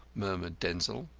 murmured denzil.